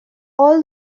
all